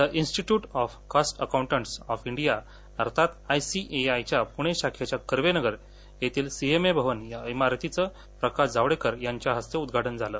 the institute of cost accountants of India अर्थात आयसीएआयच्या पुणे शाखेच्या कर्वेनगर येथील सीएमए भवन इमारतीचे आज प्रकाश जावडेकर यांच्या हस्ते उद्घाटन झालं